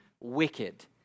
wicked